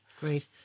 Great